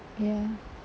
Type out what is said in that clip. ya